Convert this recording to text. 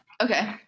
Okay